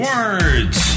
Words